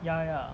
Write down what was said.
ya ya